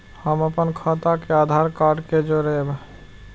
हम अपन खाता के आधार कार्ड के जोरैब?